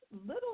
little